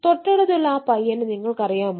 തൊട്ടടുത്തുള്ള ആ പയ്യനെ നിങ്ങൾക്കറിയാമോ